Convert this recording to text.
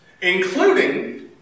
including